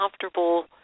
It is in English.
comfortable